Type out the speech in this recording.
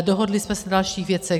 Dohodli jsme se na dalších věcech.